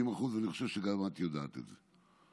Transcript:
70%. אני חושב שגם את יודעת את זה.